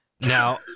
Now